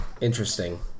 Interesting